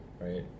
Right